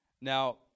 Now